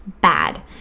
bad